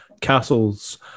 Castle's